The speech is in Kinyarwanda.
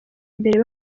imbere